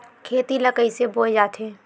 खेती ला कइसे बोय जाथे?